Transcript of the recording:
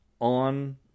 on